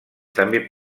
també